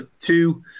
two